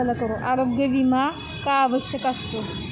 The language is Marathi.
आरोग्य विमा का आवश्यक असतो?